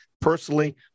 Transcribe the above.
personally